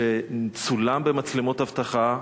שצולם במצלמות אבטחה,